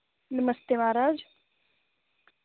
नमस्ते माराज